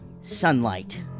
sunlight